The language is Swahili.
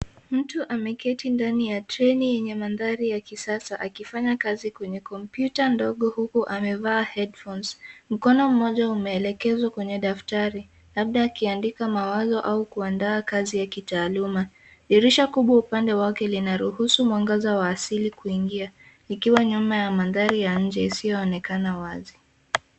Mtu ameketi ndani ya treni yenye mandhari ya kisasa akifanya kazi kwenye kompyuta ndogo huku amevaa headphones .Mkono mmoja umeelekezwa kwenye daftari labda akiandika mawazo au kuandaa kazi ya kitaaluma. Dirisha kubwa pande yake inaruhusu mwanga wa asili kuingia ikiwa nyuma ya mandhari ya nje isiyoonekana wazi.